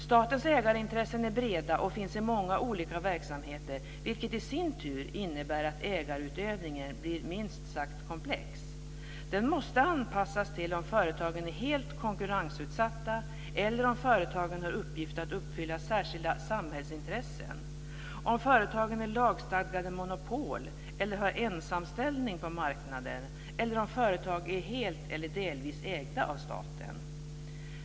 Statens ägarintressen är breda och finns i många olika verksamheter, vilket i sin tur innebär att ägarutövningen blir minst sagt komplex. Den måste anpassas till om företagen är helt konkurrensutsatta eller om företagen har i uppgift att uppfylla särskilda samhällsintressen, om företagen har lagstadgade monopol eller har ensamställning på marknaden eller om företag är helt eller delvis ägda av staten.